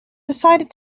decided